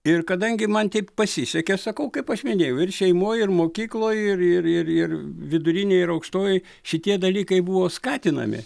ir kadangi man taip pasisekė sakau kaip aš minėjau ir šeimoj ir mokykloj ir ir ir ir vidurinėj ir aukštojoj šitie dalykai buvo skatinami